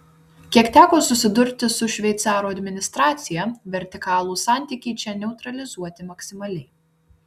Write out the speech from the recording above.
kiek teko susidurti su šveicarų administracija vertikalūs santykiai čia neutralizuoti maksimaliai